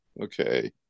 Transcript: Okay